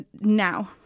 now